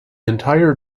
entire